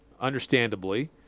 understandably